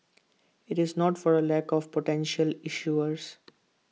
IT is not for A lack of potential issuers